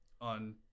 on